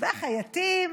החייטים